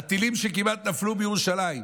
על טילים שכמעט נפלו בירושלים.